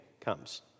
comes